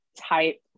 type